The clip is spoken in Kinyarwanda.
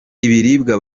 ibiribwa